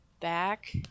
back